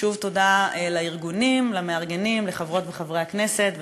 שוב תודה לארגונים, למארגנים, לחברות וחברי הכנסת.